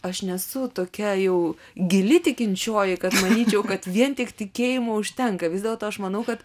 aš nesu tokia jau gili tikinčioji manyčiau kad vien tik tikėjimo užtenka vis dėlto aš manau kad